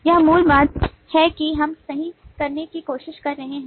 यह मूल बात है कि हम सही करने की कोशिश कर रहे हैं